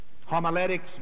Homiletics